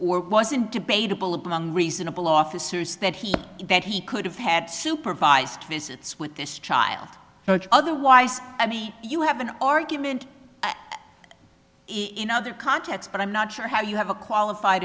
or wasn't debatable among reasonable officers that he that he could have had supervised visits with this child but otherwise you have an argument in other contexts but i'm not sure how you have a qualified